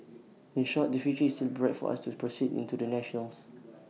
in short the future is still bright for us to proceed into the national's